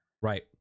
Right